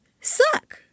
suck